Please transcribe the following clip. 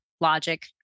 logic